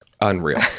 Unreal